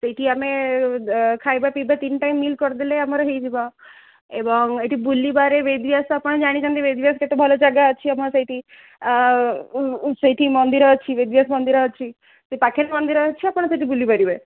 ସେଇଠି ଆମେ ଖାଇବା ପିଇବା ତିନି ଟାଇମ୍ ମିଲ୍ କରିଦେଲେ ଆମର ହୋଇଯିବ ଏବଂ ଏଠି ବୁଲିବାରେ ବେଦବ୍ୟାସ ଆପଣ ଜାଣିଛନ୍ତି ବେଦବ୍ୟାସ କେତେ ଭଲ ଜାଗା ଅଛି ଆମର ସେଇଠି ସେଇଠି ମନ୍ଦିର ଅଛି ବେଦବ୍ୟାସ ମନ୍ଦିର ଅଛି ସେ ପାଖେରେ ମନ୍ଦିର ଅଛି ଆପଣ ସେଠି ବୁଲିପାରିବେ